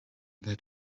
that